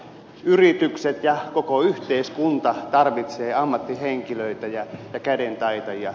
yritykset ja koko yhteiskunta tarvitsevat ammattihenkilöitä ja kädentaitajia